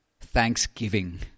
Thanksgiving